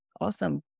awesome